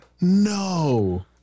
No